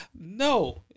No